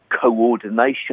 coordination